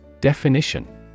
Definition